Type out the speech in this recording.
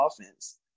offense